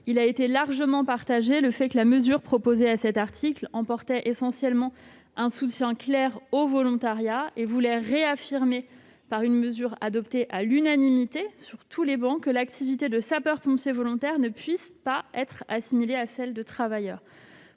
il a été largement admis que la mesure proposée à cet article emportait essentiellement un soutien clair au volontariat ; il s'est agi de réaffirmer, par une mesure adoptée à l'unanimité, que l'activité de sapeur-pompier volontaire ne pouvait être assimilée à celle de travailleur.